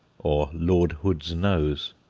or lord hood's nose.